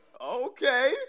Okay